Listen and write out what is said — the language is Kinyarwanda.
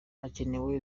hakenewe